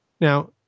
Now